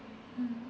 mm